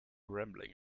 rambling